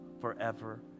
forever